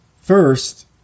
First